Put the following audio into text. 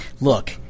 Look